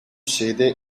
sede